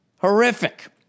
Horrific